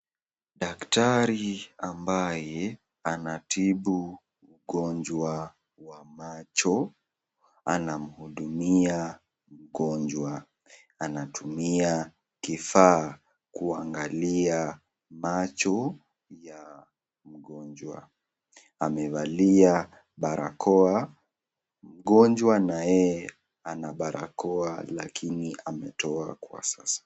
Daktari ambaye anatibu ugonjwa wa macho anamhudumia mgonjwa, anatumia kifaa kuangalia macho ya mgonjwa. Amevalia barakoa, mgonjwa naye ana barakoa lakini ametoa kwa sasa.